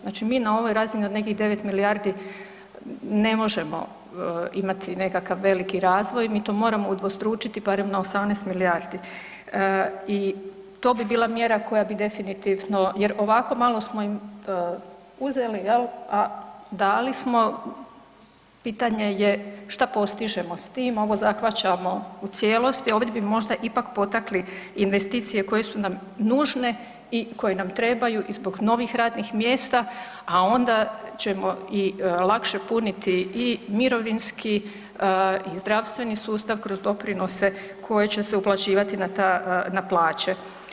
Znači mi na ovoj razini od nekih 9 milijardi ne možemo imati nekakav veliki razvoj mi to moramo udvostručiti barem na 18 milijardi i to bi bila mjera koja bi definitivno jer ovako malo smo im uzeli, a dali smo pitanje je šta postižemo s tim ovo zahvaćamo u cijelosti, ovdje bi možda ipak potakli investicije koje su nam nužne i koje nam trebaju i zbog novih radnih mjesta, a onda ćemo i lakše puniti i mirovinski i zdravstveni sustav kroz doprinose koji će se uplaćivati na ta, na plaće.